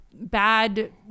bad